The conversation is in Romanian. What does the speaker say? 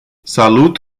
salut